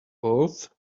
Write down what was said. both